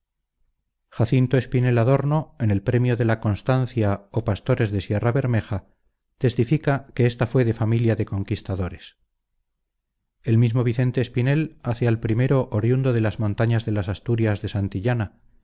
jacinto espinel adorno en el premio de la constancia o pastores de sierra bermeja testifica que esta fue de familia de conquistadores el mismo vicente espinel hace al primero oriundo de las montañas de las asturias de santillana